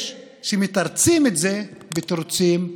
יש שמתרצים את זה בתירוצים לאומיים.